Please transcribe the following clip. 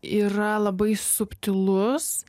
yra labai subtilus